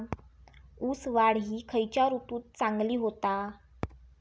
ऊस वाढ ही खयच्या ऋतूत चांगली होता?